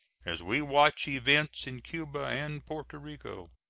as we watch events in cuba and porto rico.